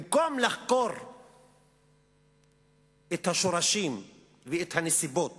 במקום לחקור את השורשים ואת הנסיבות